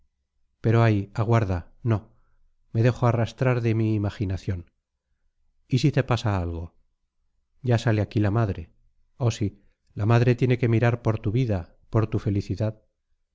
pero ay aguarda no me dejo arrastrar de mi imaginación y si te pasa algo ya sale aquí la madre oh sí la madre tiene que mirar por tu vida por tu felicidad